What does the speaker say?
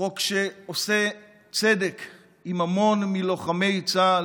חוק שעושה צדק עם המון מלוחמי צה"ל,